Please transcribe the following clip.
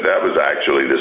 that was actually the